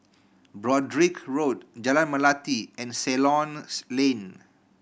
Broadrick Road Jalan Melati and Ceylon Lane